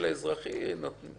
נדמה לי